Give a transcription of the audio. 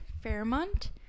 Fairmont